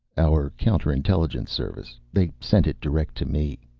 our counter-intelligence service. they sent it direct to me.